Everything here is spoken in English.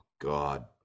god